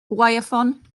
gwaywffon